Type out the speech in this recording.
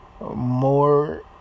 more